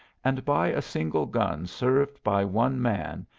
and by a single gun served by one man,